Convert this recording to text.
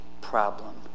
problem